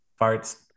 farts